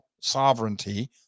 sovereignty